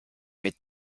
mit